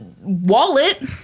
wallet